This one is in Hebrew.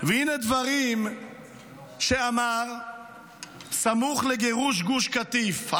הינה דברים שאמר סמוך לגירוש גוש קטיף,